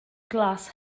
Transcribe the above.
glas